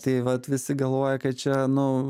tai vat visi galvoja kad čia nu